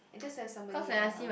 and there's somebody there lah